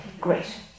great